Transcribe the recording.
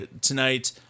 tonight